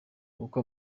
kuko